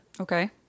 okay